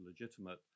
legitimate